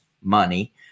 money